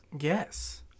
Yes